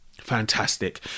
Fantastic